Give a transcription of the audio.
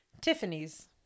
Tiffany's